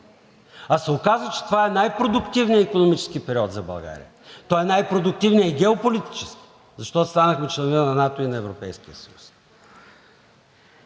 а се оказа, че това е най-продуктивният икономически период за България. Той е най-продуктивният и геополитически, защото станахме членове на НАТО и на Европейския съюз.